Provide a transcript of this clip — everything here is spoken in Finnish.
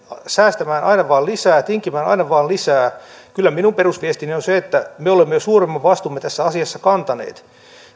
säästämään aina vain lisää ja tinkimään aina vain lisää kyllä minun perusviestini on se että me olemme jo suurimman vastuumme tässä asiassa kantaneet